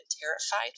terrified